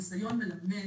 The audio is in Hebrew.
הניסיון מלמד